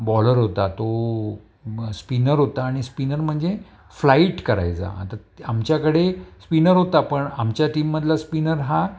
bowler होता तो spinner होता आणि स्पिनर म्हणजे फ्लाइट करायचा आता आमच्याकडे स्पिनर होता पण आमच्या टीममधला स्पिनर हा